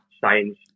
science